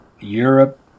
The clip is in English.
Europe